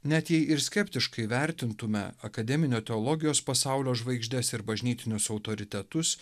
net jei ir skeptiškai vertintume akademinio teologijos pasaulio žvaigždes ir bažnytinius autoritetus